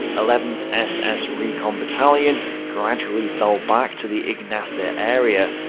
eleventh ss recon battalion gradually fell back to the ignase area,